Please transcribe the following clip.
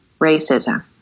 Racism